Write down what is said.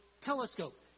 telescope